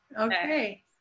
Okay